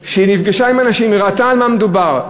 שנפגשה עם אנשים וראתה על מה מדובר.